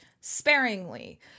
sparingly